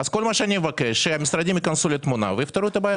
אני מבקש שהמשרדים ייכנסו לתמונה ויפתרו את הבעיה.